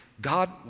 God